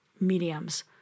mediums